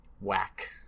whack